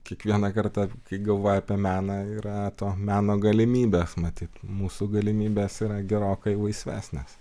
kiekvieną kartą kai galvoji apie meną yra to meno galimybės matyt mūsų galimybės yra gerokai laisvesnės